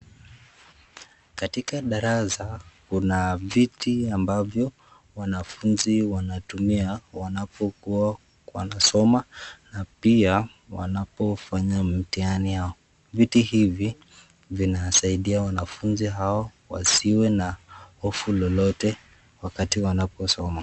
Katika darasa kuna viti ambavyo wanafunzi wanatumia wanapokuwa wanasoma na pia wanapofanya mtihani yao. Viti hivi, vinasaidia wanafunzi hao wasiwe na hofu lolote wakati wanaposoma.